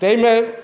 ताहिमे